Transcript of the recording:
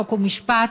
חוק ומשפט,